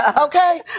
Okay